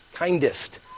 kindest